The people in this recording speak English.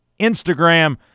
Instagram